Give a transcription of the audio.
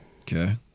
okay